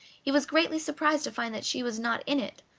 he was greatly surprised to find that she was not in it,